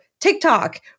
TikTok